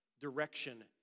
Direction